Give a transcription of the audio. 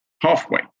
halfway